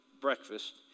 breakfast